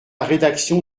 rédaction